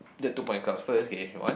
the two point cards first K one